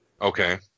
Okay